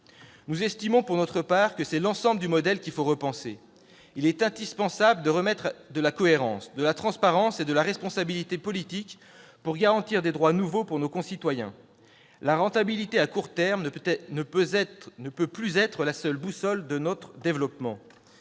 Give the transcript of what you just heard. Nous estimons, pour notre part, que c'est l'ensemble du modèle qu'il faut repenser. Il est indispensable de remettre de la cohérence, de la transparence et de la responsabilité politique pour garantir des droits nouveaux pour nos concitoyens. La rentabilité à court terme ne peut plus être la seule boussole de notre développement.